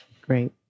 Great